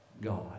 God